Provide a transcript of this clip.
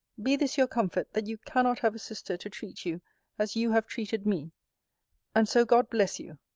be this your comfort, that you cannot have a sister to treat you as you have treated me and so god bless you!